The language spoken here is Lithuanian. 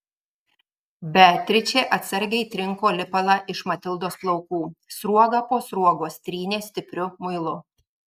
beatričė atsargiai trinko lipalą iš matildos plaukų sruogą po sruogos trynė stipriu muilu